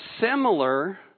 similar